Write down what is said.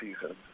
season